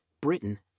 Britain